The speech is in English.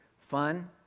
fun